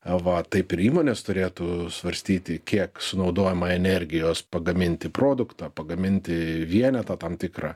va taip ir įmonės turėtų svarstyti kiek sunaudojama energijos pagaminti produktą pagaminti vienetą tam tikrą